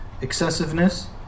excessiveness